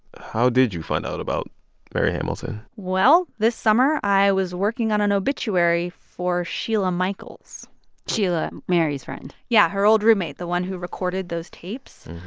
how did you find out about mary hamilton? well, this summer, i was working on an obituary for sheila michaels sheila, mary's friend? yeah, her old roommate, the one who recorded those tapes.